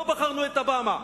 לא בחרנו את אובמה,